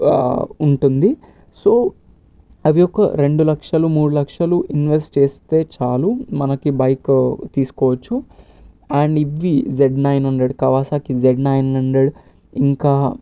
ఉంటుంది సో అవి ఒక రెండు లక్షలు మూడు లక్షలు ఇన్వెస్ట్ చేస్తే చాలు మనకి బైక్ తీసుకోవచ్చు అండ్ ఇవ్వి Z nine hundred Kawasaki Z nine hundred ఇంకా